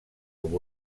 com